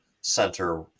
center